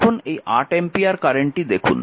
এখন এই 8 অ্যাম্পিয়ার কারেন্টটি দেখুন